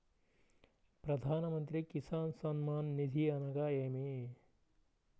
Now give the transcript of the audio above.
ప్రధాన మంత్రి కిసాన్ సన్మాన్ నిధి అనగా ఏమి?